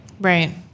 Right